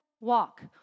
walk